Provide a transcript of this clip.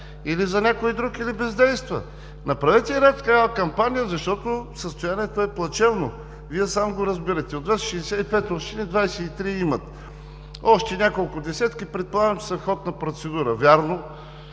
или за някой друг, или бездейства. Направете една такава кампания, защото състоянието е плачевно. Вие сам го разбирате – от 265 общини 23 имат, а още няколко десетки предполагам, че са в ход на процедура. Вярно